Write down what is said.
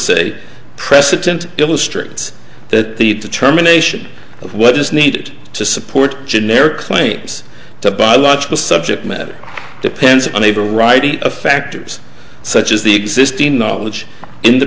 say president illustrates that the determination of what is needed to support generic claims to biological subject matter depends on a variety of factors such as the existing knowledge in the